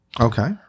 okay